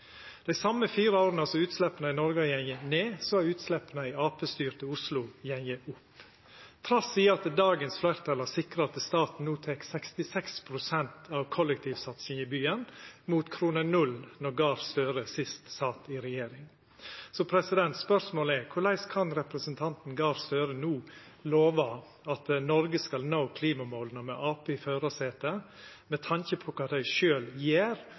dei same fire åra som utsleppa i Noreg har gått ned, har utsleppa i Arbeidarparti-styrte Oslo gått opp, trass i at dagens fleirtal har sikra at staten no dekkjer 66 pst. av kollektivsatsinga i byen, mot kr 0 då representanten Gahr Støre sist sat i regjering. Spørsmålet er: Korleis kan representanten Gahr Støre no lova at Noreg skal nå klimamåla med Arbeidarpartiet i førarsetet, med tanke på kva dei sjølve gjer